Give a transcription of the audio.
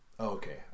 Okay